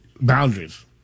boundaries